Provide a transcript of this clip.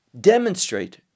demonstrate